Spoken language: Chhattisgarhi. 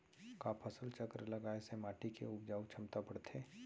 का फसल चक्र लगाय से माटी के उपजाऊ क्षमता बढ़थे?